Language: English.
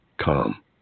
calm